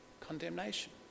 condemnation